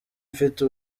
mfite